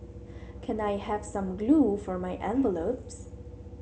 can I have some glue for my envelopes